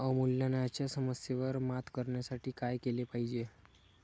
अवमूल्यनाच्या समस्येवर मात करण्यासाठी काय केले पाहिजे?